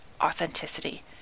authenticity